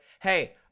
hey